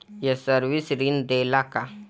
ये सर्विस ऋण देला का?